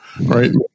right